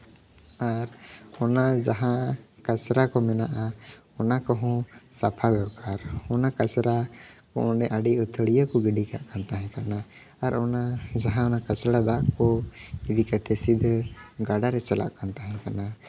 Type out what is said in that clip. ᱟᱨ ᱚᱱᱟ ᱡᱟᱦᱟᱸ ᱠᱟᱪᱨᱟ ᱠᱚ ᱢᱮᱱᱟᱜᱼᱟ ᱚᱱᱟ ᱠᱚᱦᱚᱸ ᱥᱟᱯᱷᱟ ᱫᱚᱨᱠᱟᱨ ᱚᱱᱟ ᱠᱟᱪᱨᱟ ᱠᱚ ᱚᱸᱰᱮ ᱟᱹᱰᱤ ᱟᱹᱛᱷᱟᱹᱲᱤᱭᱟᱹ ᱠᱚ ᱜᱤᱰᱤ ᱠᱟᱜ ᱠᱟᱱ ᱛᱟᱦᱮᱸ ᱠᱟᱱᱟ ᱟᱨ ᱚᱱᱟ ᱡᱟᱦᱟᱸ ᱚᱱᱟ ᱠᱟᱪᱲᱟ ᱫᱟᱜ ᱠᱚ ᱤᱫᱤ ᱠᱟᱛᱮ ᱥᱤᱫᱷᱟᱹ ᱜᱟᱰᱟᱨᱮ ᱪᱟᱞᱟᱜ ᱠᱟᱱ ᱛᱟᱦᱮᱸ ᱠᱟᱱᱟ